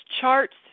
charts